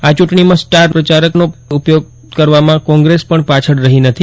આ ચૂંટણીમાં સ્ટારનો પ્રચારક તરીકે ઉપયોગ કરવામાં કોંગ્રેસ પાછળ રહી નથી